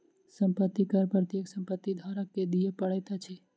संपत्ति कर प्रत्येक संपत्ति धारक के दिअ पड़ैत अछि